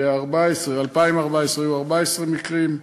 ב-2014 היו 14 מקרים,